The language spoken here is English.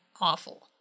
awful